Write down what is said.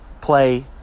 Play